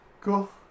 Cool